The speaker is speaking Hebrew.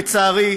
לצערי,